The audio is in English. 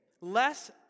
less